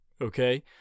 okay